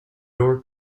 door